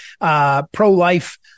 pro-life